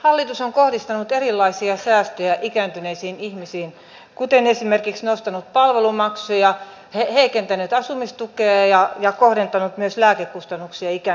hallitus on kohdistanut erilaisia säästöjä ikääntyneisiin ihmisiin kuten esimerkiksi nostanut palvelumaksuja heikentänyt asumistukea ja myös kohdentanut lääkekustannuksia ikääntyneille